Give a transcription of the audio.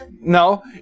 No